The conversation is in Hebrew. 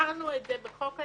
כשאמרנו את זה בחוק הלאום,